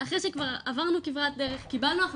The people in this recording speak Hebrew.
אחרי שכבר עברנו כברת דרך,